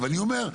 ואני אומר,